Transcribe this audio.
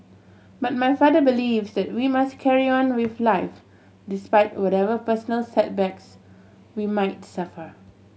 but my father believe that we must carry on with life despite whatever personal setbacks we might suffer